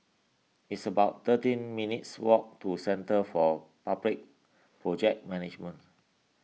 it's about thirteen minutes' walk to Centre for Public Project Management